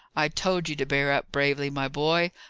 i told you to bear up bravely, my boy!